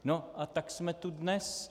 No a tak jsme tu dnes.